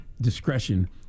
discretion